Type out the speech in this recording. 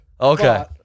Okay